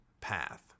path